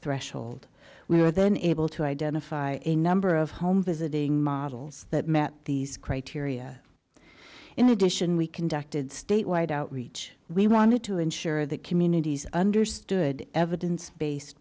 threshold we were then able to identify a number of home visiting models that met these criteria in addition we conducted statewide outreach we wanted to ensure that communities understood evidence based